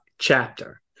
chapter